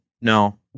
no